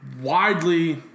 widely